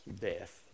death